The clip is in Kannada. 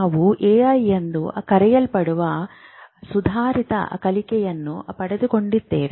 ನಾವು ಐ ಎಂದು ಕರೆಯಲ್ಪಡುವ ಸುಧಾರಿತ ಕಲಿಕೆಯನ್ನು ಪಡೆದುಕೊಂಡಿದ್ದೇವೆ